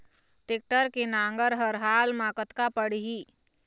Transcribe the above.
Tractor के नांगर हर हाल मा कतका पड़िही?